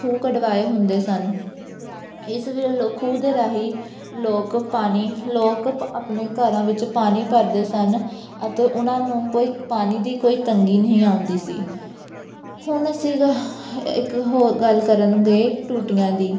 ਖੂਹ ਕਢਵਾਏ ਹੁੰਦੇ ਸਨ ਇਸ ਵੇਲੇ ਲੋਕ ਖੂਹ ਦੇ ਰਾਹੀਂ ਲੋਕ ਪਾਣੀ ਲੋਕ ਪ ਆਪਣੇ ਘਰਾਂ ਵਿੱਚ ਪਾਣੀ ਭਰਦੇ ਸਨ ਅਤੇ ਉਹਨਾਂ ਨੂੰ ਕੋਈ ਪਾਣੀ ਦੀ ਕੋਈ ਤੰਗੀ ਨਹੀਂ ਆਉਂਦੀ ਸੀ ਹੁਣ ਅਸੀਂ ਇੱਕ ਹੋਰ ਗੱਲ ਕਰਨਗੇ ਟੂਟੀਆਂ ਦੀ